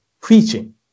preaching